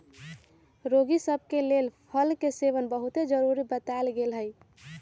रोगि सभ के लेल फल के सेवन बहुते जरुरी बतायल गेल हइ